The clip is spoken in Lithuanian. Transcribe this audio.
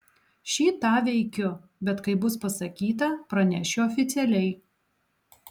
šį tą veikiu bet kai bus pasakyta pranešiu oficialiai